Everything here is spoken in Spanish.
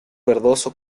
verdoso